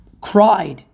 cried